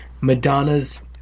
Madonna's